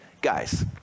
guys